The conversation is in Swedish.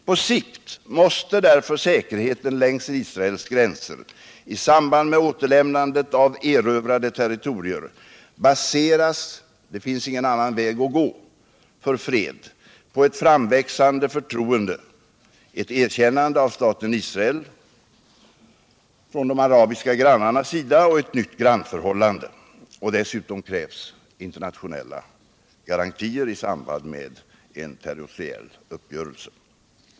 På sikt måste därför säkerheten längs Israels gränser i samband med återlämnandet av erövrade territorier — det finns ingen annan väg att gå för att uppnå fred — baseras på ett framväxande förtroende, ett erkännande av staten Israel från de arabiska grannarnas sida och ett nytt grannförhållande. Dessutom krävs internationella garantier i samband med en territoriell uppgörelse.